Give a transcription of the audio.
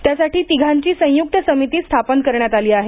त्यासाठी तिघांची संयुक्त समिती स्थापन करण्यात आली आहे